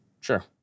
Sure